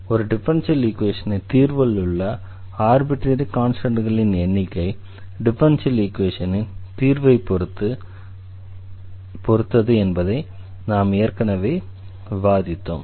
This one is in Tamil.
ஒரு டிஃபரன்ஷியல் ஈக்வேஷனின் தீர்வில் உள்ள ஆர்பிட்ரரி கான்ஸ்டண்ட்களின் எண்ணிக்கை டிஃபரன்ஷியல் ஈக்வேஷனின் ஆர்டரைப் பொறுத்தது என்பதை நாம் ஏற்கனவே விவாதித்தோம்